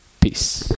peace